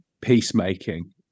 peacemaking